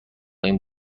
این